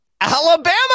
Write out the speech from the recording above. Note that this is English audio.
alabama